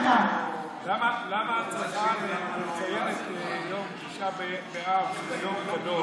למה את מציינת את יום תשעה באב כיום קדוש,